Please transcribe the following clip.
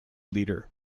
leader